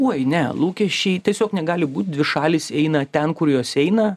oi ne lūkesčiai tiesiog negali būt dvi šalys eina ten kur jos eina